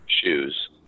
shoes